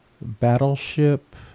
Battleship